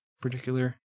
particular